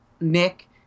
Nick